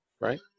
right